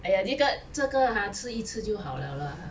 哎呀哪个这个 ah 吃一次就好 liao lah